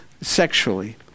sexually